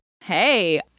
Hey